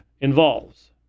involves